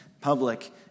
public